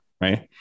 right